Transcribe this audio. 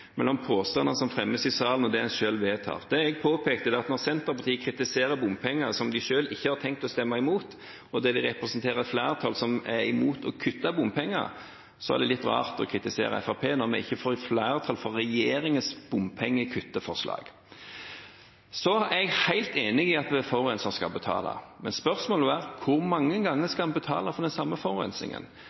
påstandene som fremmes i salen, og det en selv vedtar. Det jeg påpekte, var at når Senterpartiet kritiserer bompenger som de selv ikke har tenkt å stemme imot, og de representerer et flertall som er imot å kutte i bompenger, er det litt rart å kritisere Fremskrittspartiet når vi ikke får flertall for regjeringens forslag om bompengekutt. Jeg er helt enig i at forurenseren skal betale. Men spørsmålet er hvor mange ganger en skal betale for den samme forurensningen.